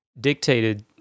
dictated